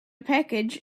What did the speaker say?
package